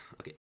Okay